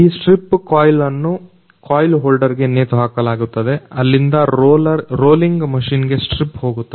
ಈ strip coil ಅನ್ನು coil holder ಗೆ ನೇತುಹಾಕಲಾಗುತ್ತದೆ ಅಲ್ಲಿಂದ ರೋಲಿಂಗ್ ಮಷೀನ್ ಗೆ ಸ್ಟ್ರಿಪ್ ಹೋಗುತ್ತದೆ